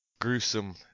gruesome